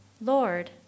Lord